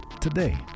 today